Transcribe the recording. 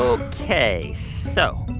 ok, so.